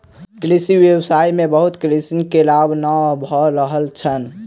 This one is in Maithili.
कृषि व्यवसाय में बहुत कृषक के लाभ नै भ रहल छैन